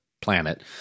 planet